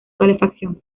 calefacción